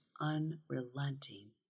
unrelenting